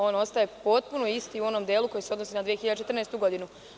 On ostaje potpuno isti u onom delu koji se odnosi na 2014. godinu.